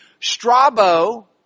Strabo